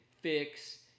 fix